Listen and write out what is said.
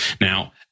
Now